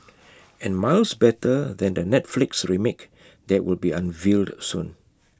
and miles better than the Netflix remake that will be unveiled soon